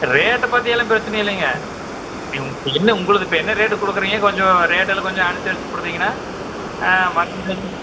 ரேட்டை பற்றி எல்லாம் பிரச்சனை இல்லைங்க நீங்கள் உங்க இப்போ உங்களுக்கு இப்போ என்ன ரேட்டு கொடுக்குறீங்க கொஞ்சம் ரேட்டெல்லாம் கொஞ்சம் அனுசரித்து கொடுத்துத்தீங்கன்னா மறுபடி உங்கள்ட்ட